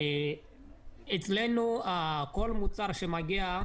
אצלנו כל מוצר שמגיע,